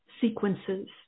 sequences